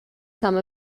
some